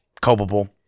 culpable